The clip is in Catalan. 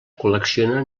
col·lecciona